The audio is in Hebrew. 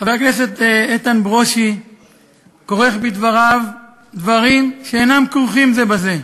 חבר הכנסת איתן ברושי כורך בדבריו דברים שאינם כרוכים זה בזה,